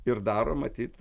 ir daro matyt